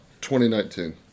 2019